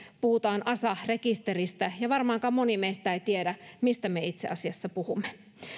puhutaan asa rekisteristä ja varmaankaan moni meistä ei tiedä mistä me itse asiassa puhumme